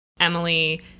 Emily